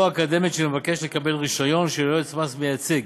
האקדמית של המבקש לקבל רישיון של יועץ מס מייצג,